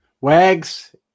Wags